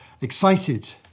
excited